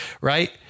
right